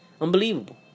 Unbelievable